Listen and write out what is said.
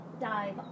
dive